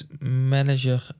manager